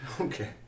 Okay